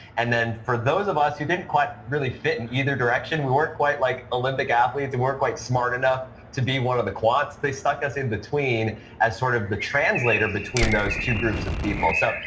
and then for those of us who didn't quite really fit in either direction, we weren't quite like olympic athletes and weren't quite smart enough to be one of the quants, they stuck us in between as sort of the translator between those two groups of people. so,